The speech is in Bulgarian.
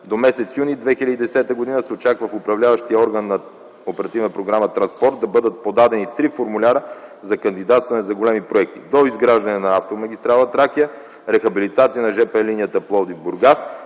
До м. юни 2010 г. се очаква в управляващия орган на оперативна програма „Транспорт” да бъдат подадени три формуляра за кандидатстване по големи проекти: доизграждане на автомагистрала „Тракия”, рехабилитация на жп линията Пловдив-Бургас,